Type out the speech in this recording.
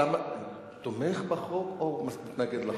אתה תומך בחוק או מתנגד לו?